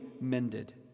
mended